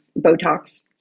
Botox